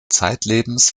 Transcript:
zeitlebens